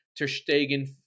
Terstegen